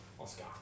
Oscar